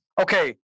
Okay